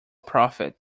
profit